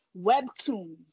webtoons